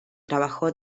trabajó